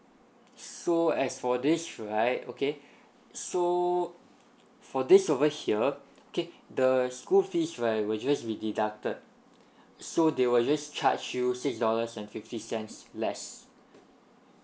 so as for this right okay so for this over here okay the school fees right will just be deducted so they will just charge you six dollars and fifty cents less